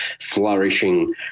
flourishing